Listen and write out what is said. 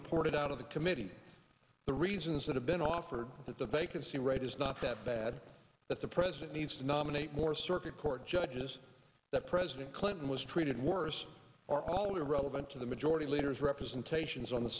reported out of the committee the reasons that have been offered that the vacancy rate is not that bad that the president needs nominate more circuit court judges that president clinton was treated worse are all irrelevant to the majority leader's representations on the